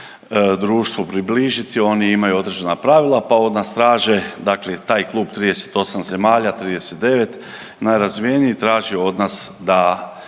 društvu približiti oni imaju određena pravila pa od nas traže, dakle taj klub 38 zemalja, 39 najrazvijenijih traži od nas da